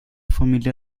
familia